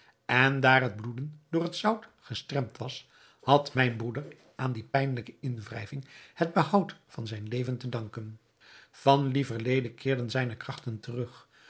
en daar het bloeden door het zout gestremd was had mijn broeder aan die pijnlijke inwrijving het behoud van zijn leven te danken van lieverlede keerden zijne krachten terug